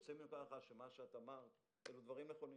יוצא מנקודת הנחה שאת אמרת דברים נכונים,